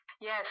Yes